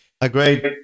Agreed